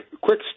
quick